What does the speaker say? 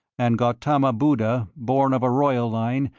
and gautama buddha, born of a royal line,